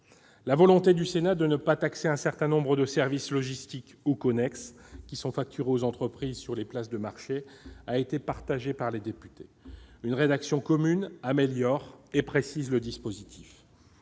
La volonté du Sénat de ne pas taxer un certain nombre de services logistiques ou connexes qui sont facturés aux entreprises sur les places de marché a été partagée par les députés ; une rédaction commune améliore et précise le dispositif.